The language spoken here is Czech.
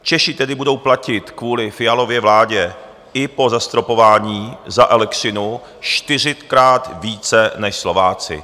Češi tedy budou platit kvůli Fialově vládě i po zastropování za elektřinu čtyřikrát více než Slováci.